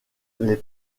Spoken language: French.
les